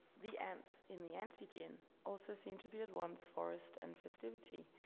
the ants in the anty gin also seemed to be at once forest and festivity,